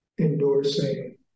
endorsing